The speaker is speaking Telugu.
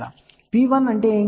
కాబట్టి P1 అంటే ఏమిటి